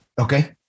Okay